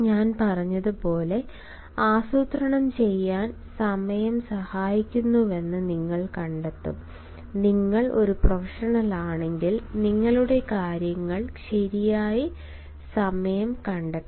ഞാൻ പറഞ്ഞതുപോലെ ആസൂത്രണം ചെയ്യാൻ സമയം സഹായിക്കുന്നുവെന്ന് നിങ്ങൾ കണ്ടെത്തും നിങ്ങൾ ഒരു പ്രൊഫഷണലാണെങ്കിൽ നിങ്ങളുടെ കാര്യങ്ങൾ ശരിയായി സമയം കണ്ടെത്തണം